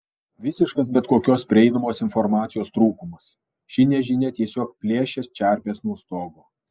visiškas bet kokios prieinamos informacijos trūkumas ši nežinia tiesiog plėšia čerpes nuo stogo